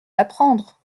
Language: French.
l’apprendre